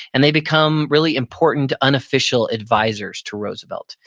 and they become really important, unofficial advisors to roosevelt.